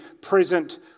present